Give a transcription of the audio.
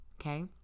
Okay